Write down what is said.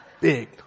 big